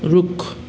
रुख